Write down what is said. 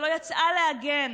לא יצאה להגן